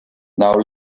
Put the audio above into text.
now